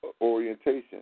orientation